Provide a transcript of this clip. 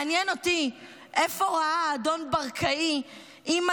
מעניין אותי איפה ראה אדון ברקאי אימא